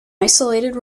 isolated